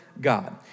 God